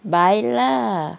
buy lah